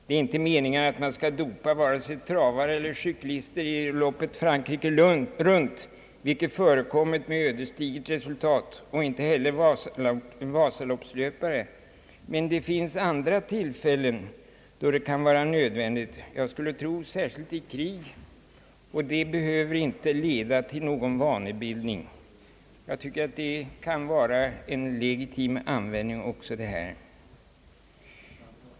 Det är inte meningen att man skall dopa vare sig travare eller cyklister i loppet Frankrike runt, vilket har förekommit med ödesdigert resultat, och inte heller vasaloppslöpare. Men det finns andra tillfällen då detta kan vara nödvändigt — jag skulle tro särskilt i krig — och det behöver inte leda till någon vanebildning; jag tycker att även det kan vara en legitim användning.